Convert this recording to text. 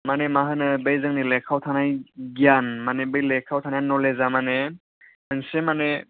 माने मा होननो बे जोंनि लेखायाव थानाय गियान माने बे लेखायाव थानाय नलेदजआ माने मोनसे माने